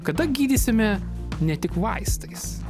kada gydysime ne tik vaistais